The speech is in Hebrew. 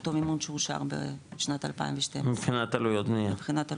אותו מימון שאושר בשנת 2012. מבחינת עליות מימון.